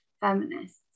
feminists